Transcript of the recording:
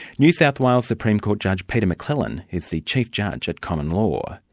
new south wales supreme court judge peter mcclellan is the chief judge at common law.